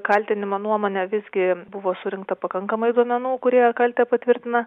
kaltinimo nuomone visgi buvo surinkta pakankamai duomenų kurie kaltę patvirtina